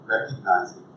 recognizing